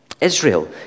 Israel